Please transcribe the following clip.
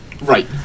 Right